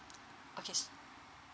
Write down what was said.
okay